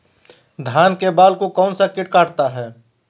धान के बाल को कौन सा किट काटता है?